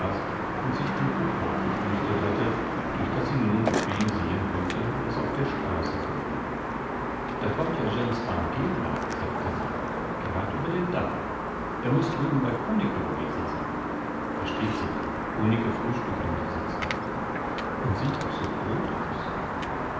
und sich ein kuckloch gepustet hatte durch das sie nun bequem sehen konnte was auf der straße vorging da kommt ja gensdarm geelhaar sagte sie grad über den damm er muß drüben bei kunicke gewesen sein versteht sich kunicke frühstückt um diese zeit und sieht auch so roth aus